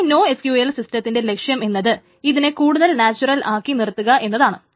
ഈ NoSQL സിസ്റ്റത്തിന്റെ ലക്ഷ്യം എന്നത് ഇതിനെ കൂടുതൽ നാച്വറൽ ആക്കി നിർത്തുക എന്നതാണ്